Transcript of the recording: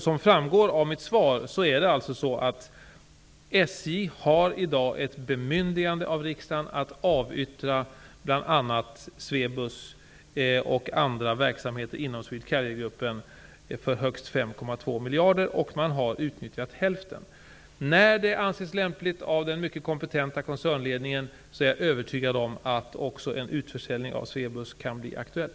Som framgår av mitt svar har SJ i dag ett bemyndigande av riksdagen att avyttra bl.a. Swebus och andra verksamheter inom Swedcarriergruppen för högst 5,2 miljarder. Man har utnyttjat hälften. När den mycket kompetenta koncernledningen anser det lämpligt kan en utförsäljning av Swebus också bli aktuell.